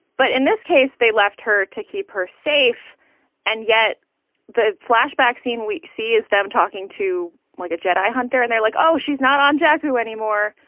but in this case, they left her to keep her safe and yet the flashback scene we see is them talking to like a jet hunter. and they're like, oh, she's not on jacquou anymore.